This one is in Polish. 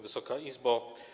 Wysoka Izbo!